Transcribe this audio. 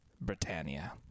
Britannia